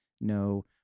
no